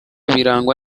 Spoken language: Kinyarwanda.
birangwa